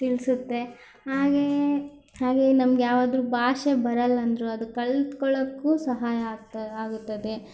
ತಿಳಿಸುತ್ತೆ ಹಾಗೆಯೇ ಹಾಗೆಯೆ ನಮಗೆ ಯಾವ್ದರ ಭಾಷೆ ಬರಲ್ಲಂದ್ರೂ ಅದು ಕಲಿತ್ಕೊಳ್ಳೋಕು ಸಹಾಯ ಆಗ್ತ ಆಗುತ್ತದೆ